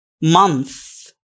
month